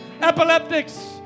epileptics